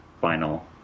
final